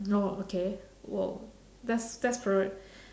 no okay !whoa! that's that's probably